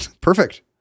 Perfect